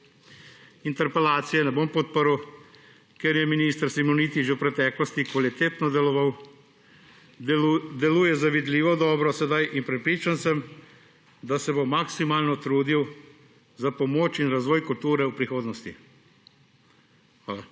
Interpelacije ne bom podprl, ker je minister Simoniti že v preteklosti kvalitetno deloval, deluje zavidljivo dobro sedaj in prepričan sem, da se bo maksimalno trudil za pomoč in razvoj kulture v prihodnosti. Hvala.